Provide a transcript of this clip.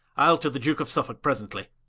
ile to the duke of suffolke presently.